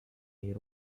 air